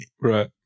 Right